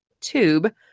tube